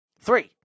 Three